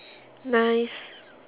nice